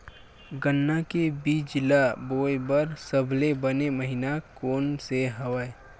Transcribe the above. गन्ना के बीज ल बोय बर सबले बने महिना कोन से हवय?